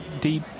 deep